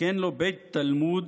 לתקן לו בית תלמוד,